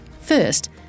First